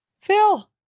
phil